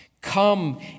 Come